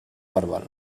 verbal